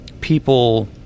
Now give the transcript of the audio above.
people